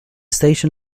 station